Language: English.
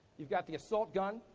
you've got the assault gun,